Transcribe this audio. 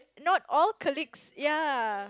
not all colleagues yeah